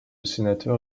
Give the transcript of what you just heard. sénateur